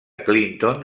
clinton